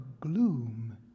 gloom